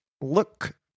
look